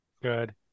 good